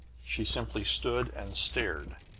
she simply stood and stared,